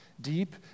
deep